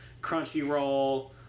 crunchyroll